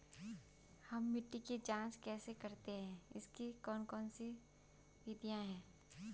हम मिट्टी की जांच कैसे करते हैं इसकी कौन कौन सी विधियाँ है?